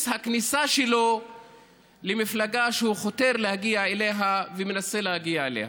הכניסה שלו למפלגה שהוא חותר להגיע אליה ומנסה להגיע אליה.